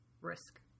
Risk